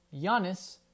Giannis